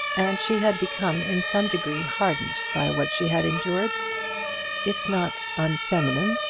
and she had become in some degree hardened by what she had endured if not unfeminine,